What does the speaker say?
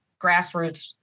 grassroots